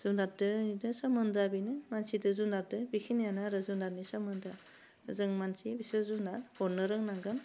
जुनादजों इदिनो सोमोन्दोआ बेनो मानसिजों जुनादजों बेखिनियानो आरो जुनादनि सोमोन्दोआ जों मानसि बिसोर जुनाद अन्नो रोंनांगोन